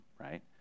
right